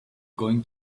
going